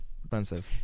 Expensive